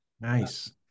nice